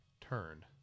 turn